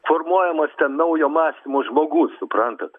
formuojamas ten naujo mąstymo žmogus suprantat